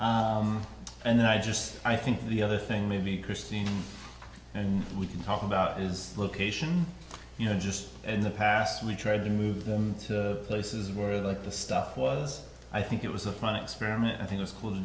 and i just i think the other thing maybe christine and we can talk about is location you know just in the past we tried to move them to places where like the stuff was i think it was a fun experiment i think it w